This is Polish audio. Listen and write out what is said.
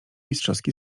mistrzowski